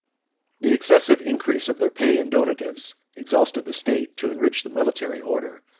the excessive increase of their pay and donatives exhausted the state to enrich the military order,